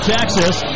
Texas